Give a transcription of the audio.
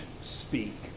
speak